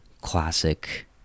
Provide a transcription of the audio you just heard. classic